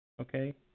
okay